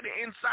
inside